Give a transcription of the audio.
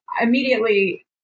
immediately